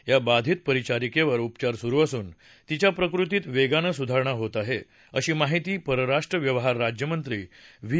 या बाधित परिचारिकेवर उपचार सुरू असून तिच्या प्रकृतीत वेगानं सुधारणा होत आहे अशी माहिती परराष्ट्र व्यवहार राज्यमंत्री व्ही